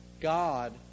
God